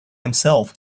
himself